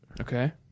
Okay